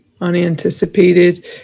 unanticipated